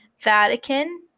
Vatican